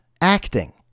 acting